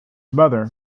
mother